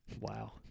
Wow